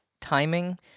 timing